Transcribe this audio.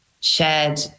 shared